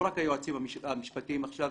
לא רק היועצים המשפטיים עכשיו